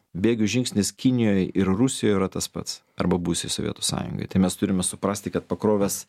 bėgių žingsnis kinijoj ir rusijoj yra tas pats arba buvusioj sovietų sąjungoj tai mes turime suprasti kad pakrovęs